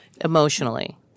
Emotionally